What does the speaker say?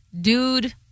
dude